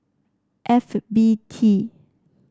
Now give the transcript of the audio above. F B T